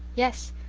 yes.